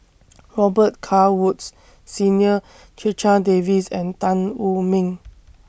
Robet Carr Woods Senior Checha Davies and Tan Wu Meng